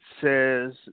says